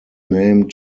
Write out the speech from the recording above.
name